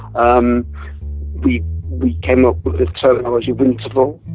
um we we came up with this terminology winterval.